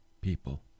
people